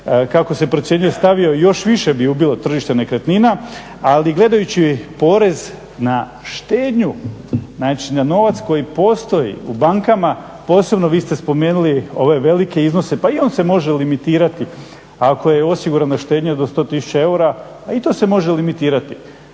kako se procjenjuje stavio još više bi ubilo tržište nekretnina. Ali gledajući porez na štednju, znači na novac koji postoji u bankama, posebno vi ste spomenuli ove velike iznose, pa i on se može limitirati ako je osigurana štednja do 100 000 eura, a i to se može limitirati.